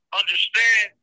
understand